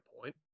point